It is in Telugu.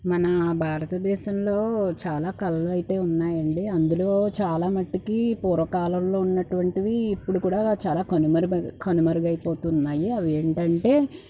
మన భారతదేశంలో చాలా కళలు అయితే ఉన్నాయండి అందులో చాలా మట్టికి పూర్వకాలంలో ఉన్నటువంటివి ఇప్పుడు కూడా చాలా కనుమరుబ కనుమరుగు అయిపోతున్నాయి అవి ఏంటంటే